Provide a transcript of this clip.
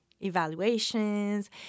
evaluations